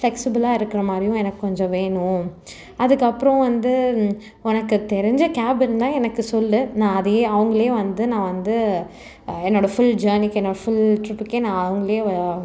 ஃபிளக்சிபிளாக இருக்கிற மாதிரியும் எனக்கு கொஞ்சம் வேணும் அதுக்கப்புறம் வந்து உனக்கு தெரிஞ்ச கேஃப் இருந்தால் எனக்கு சொல் நான் அதையே அவர்களே வந்து நான் வந்து என்னோட ஃபுல் ஜெர்னிக்கு என்னோட ஃபுல் ட்ரிப்புக்கே அவர்களே